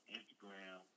Instagram